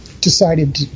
decided